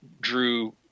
drew